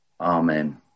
Amen